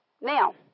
Now